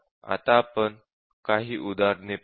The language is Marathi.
आता आपण काही उदाहरणे पाहू